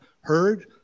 heard